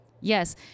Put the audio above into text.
Yes